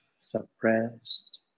suppressed